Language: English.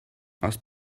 that’s